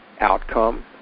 outcome